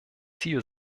ziel